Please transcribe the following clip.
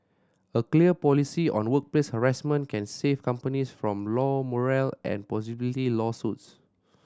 a clear policy on workplace harassment can save companies from low morale and possibly lawsuits